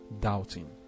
doubting